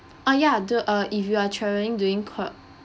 uh ya the uh if you are travelling during co~